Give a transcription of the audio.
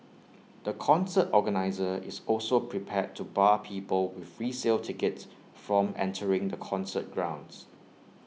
the concert organiser is also prepared to bar people with resale tickets from entering the concert grounds